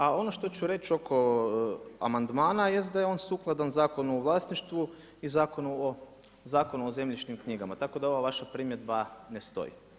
A ono što ću reći oko amandmana jest da je on sukladan Zakonu o vlasništvu i Zakonu o zemljišnim knjigama, tako da ova vaša primjedba ne stoji.